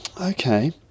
Okay